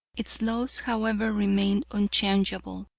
its laws however remain unchangeable,